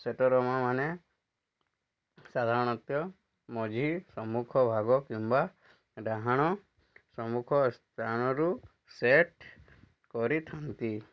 ସେଟର୍ମାନେ ସାଧାରଣତଃ ମଝି ସମ୍ମୁଖ ଭାଗ କିମ୍ବା ଡାହାଣ ସମ୍ମୁଖ ସ୍ଥାନରୁ ସେଟ୍ କରିଥାନ୍ତି